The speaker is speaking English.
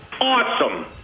awesome